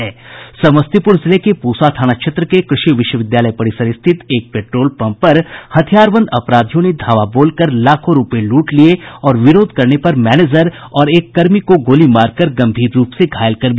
समस्तीपुर जिले के पूसा थाना क्षेत्र के कृषि विश्वविद्यालय परिसर स्थित एक पेट्रोल पंप पर हथियारबंद अपराधियों ने धावा बोलकर लाखों रूपये लूट लिए और विरोध करने पर मैनेजर और एक कर्मी को गोली मारकर गंभीर रूप से घायल कर दिया